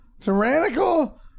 Tyrannical